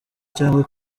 cyangwa